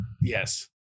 Yes